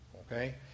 Okay